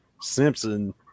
Simpson